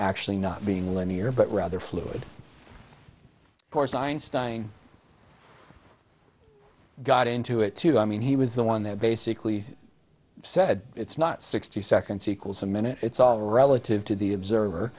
actually not being linear but rather fluid course einstein got into it too i mean he was the one that basically said it's not sixty seconds equals a minute it's all relative to the observer